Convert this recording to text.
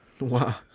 Wow